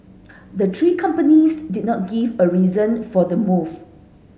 the three companies did not give a reason for the move